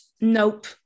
Nope